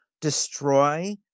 destroy